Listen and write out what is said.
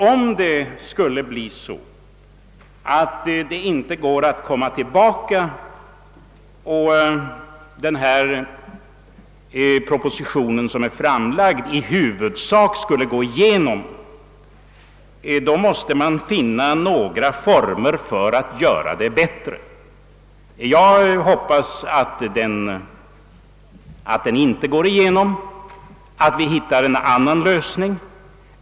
Jag hoppas att propositionen i denna fråga inte bifalles, utan att vi hittar en annan lösning.